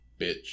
Bitch